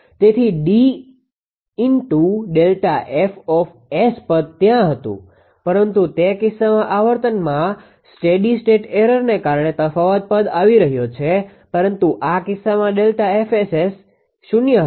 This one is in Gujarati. તેથી Dપદ ત્યાં હતુ પરંતુ તે કિસ્સામાં આવર્તનમાં સ્ટેડી સ્ટેટ એરરને કારણે તફાવત આવી રહ્યો હતો પરંતુ આ કિસ્સામાં ΔFSS શૂન્ય હશે